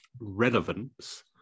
relevance